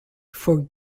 for